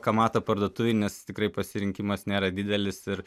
ką mato parduotuvėj nes tikrai pasirinkimas nėra didelis ir